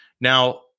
Now